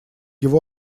его